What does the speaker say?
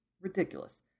Ridiculous